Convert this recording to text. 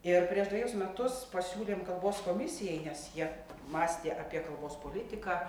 ir prieš dvejus metus pasiūlėm kalbos komisijai nes jie mąstė apie kalbos politiką